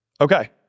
Okay